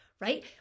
right